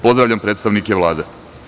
Pozdravljam predstavnike Vlade.